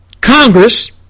Congress